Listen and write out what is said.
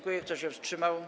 Kto się wstrzymał?